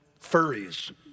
furries